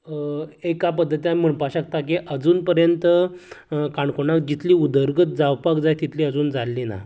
एका पद्दतीन आमी म्हणपाक शकता की आजून पर्यंत काणकोणांक जितली उदरगत जावपाक जाय तितली अजून जाल्ली ना